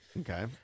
Okay